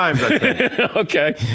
okay